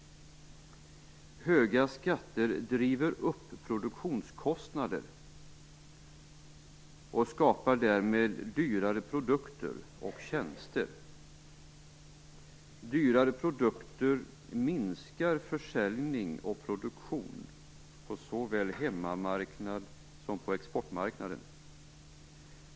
Höga skatter driver upp produktionskostnader och skapar därmed dyrare produkter och tjänster. Dyrare produkter minskar försäljning och produktion på såväl hemmamarknad som exportmarknad.